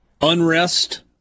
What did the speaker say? unrest